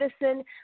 Medicine